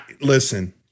listen